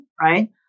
right